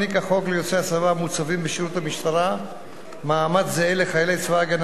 מעניק החוק ליוצאי צבא המוצבים בשירות המשטרה מעמד זהה לחיילי צבא-הגנה